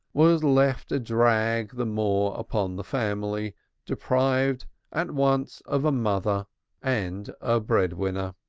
was left a drag the more upon the family deprived at once of a mother and a bread-winner.